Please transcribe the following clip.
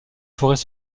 forêts